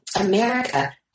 America